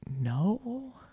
No